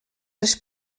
les